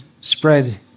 spread